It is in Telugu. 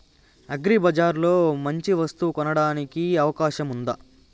అగ్రిబజార్ లో మంచి వస్తువు కొనడానికి అవకాశం వుందా?